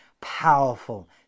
powerful